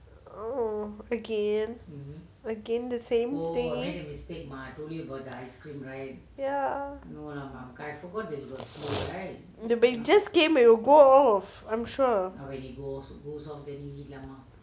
oh again again the same thing ya but it just came and go off I'm sure